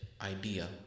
idea